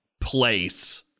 place